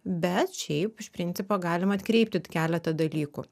bet šiaip iš principo galima atkreipti keletą dalykų